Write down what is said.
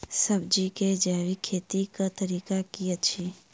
सब्जी केँ जैविक खेती कऽ तरीका की अछि?